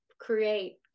create